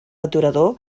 aturador